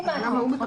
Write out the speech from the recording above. לעומת זה,